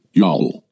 y'all